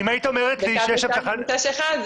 כי אמרת בעצמך את היתרונות ואת החסרונות.